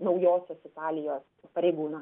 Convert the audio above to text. naujosios italijos pareigūnas